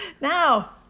Now